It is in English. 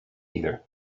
either